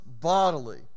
bodily